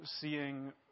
seeing